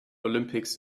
olympics